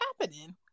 happening